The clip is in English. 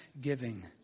giving